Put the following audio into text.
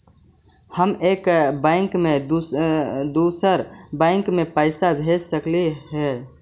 हम एक बैंक से दुसर बैंक में पैसा भेज सक हिय?